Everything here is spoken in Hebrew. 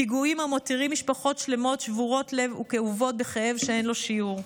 פיגועים המותירים משפחות שלמות שבורות לב וכאובות בכאב שאין לו שיעור.